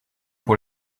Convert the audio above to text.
pour